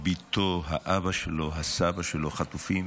בתו, האבא שלו, הסבא שלו, חטופים,